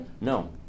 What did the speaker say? No